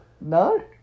No